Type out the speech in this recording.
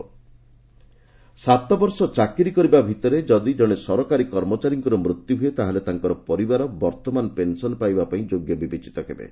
ଗଭ୍ pension ସାତ ବର୍ଷ ଚାକିରି କରିବା ଭିତରେ ଯଦି ଜଣେ ସରକାରୀ କର୍ମଚାରୀଙ୍କର ମୃତ୍ୟୁ ହୁଏ ଡାହେଲେ ତାଙ୍କର ପରିବାର ବର୍ତ୍ତମାନ ପେନ୍ସନ୍ ପାଇବା ପାଇଁ ଯୋଗ୍ୟ ବିବେଚିତ ହେବେ